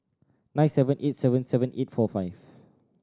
nine seven eight seven seven eight four five